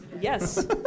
yes